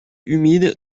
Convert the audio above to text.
humides